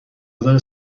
نظر